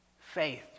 Faith